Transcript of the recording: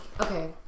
okay